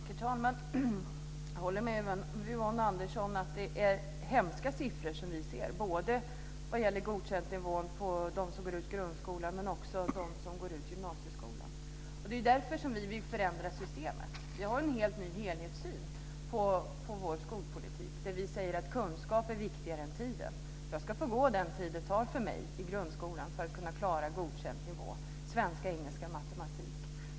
Herr talman! Jag håller med Yvonne Andersson om att det är hemska siffror vi ser vad gäller godkändnivån, både på dem som går ut grundskolan och på dem som går ut gymnasieskolan. Det är därför som vi vill förändra systemet. Vi har en helt ny helhetssyn i vår skolpolitik där vi säger att kunskapen är viktigare än tiden. Jag ska få gå i grundskolan den tid det tar för mig att klara godkänd nivå i svenska, engelska och matematik.